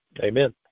Amen